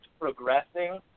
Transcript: progressing